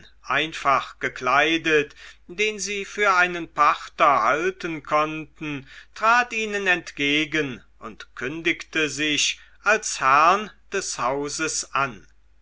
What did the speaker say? einfach gekleidet den sie für einen pachter halten konnten trat ihnen entgegen und kündigte sich als herrn des hauses an